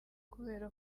kubera